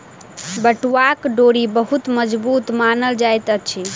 पटुआक डोरी बहुत मजबूत मानल जाइत अछि